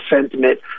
sentiment